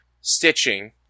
stitching